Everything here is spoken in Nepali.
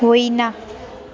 होइन